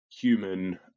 human